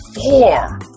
four